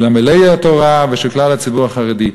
של עמלי התורה ושל כלל הציבור החרדי,